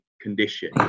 condition